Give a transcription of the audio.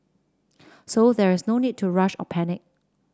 so there is no need to rush or panic